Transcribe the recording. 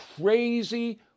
crazy